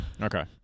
Okay